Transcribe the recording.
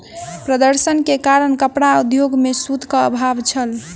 प्रदर्शन के कारण कपड़ा उद्योग में सूतक अभाव छल